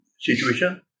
situation